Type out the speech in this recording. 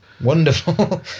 Wonderful